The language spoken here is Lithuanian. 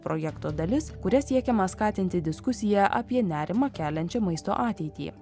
projekto dalis kuria siekiama skatinti diskusiją apie nerimą keliančią maisto ateitį